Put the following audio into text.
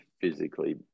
physically